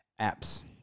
apps